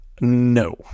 No